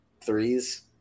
threes